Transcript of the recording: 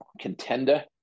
contender